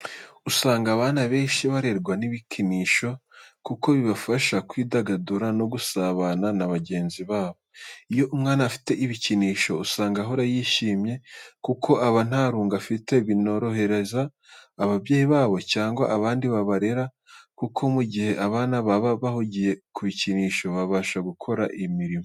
Usanga abana benshi barerwa n'ibikinisho kuko bibafasha kwidagadura no gusabana na bagenzi babo. Iyo umwana afite ibikinisho usanga ahora yishimye kuko aba nta rungu afite, binorohereza ababyeyi babo cyangwa abandi babarera kuko mu gihe abana baba bahugiye kubikinisho babasha gukora imirimo.